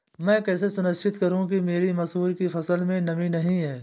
मैं कैसे सुनिश्चित करूँ कि मेरी मसूर की फसल में नमी नहीं है?